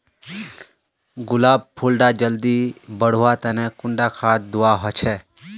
गुलाब फुल डा जल्दी बढ़वा तने कुंडा खाद दूवा होछै?